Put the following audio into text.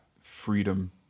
freedom